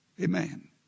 Amen